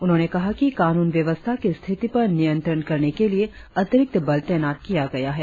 उन्होंने कहा कि कानून व्यवस्था की स्थिति पर नियंत्रण करने के लिए अतिरिक्त बल तैनात किया गया है